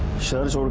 shows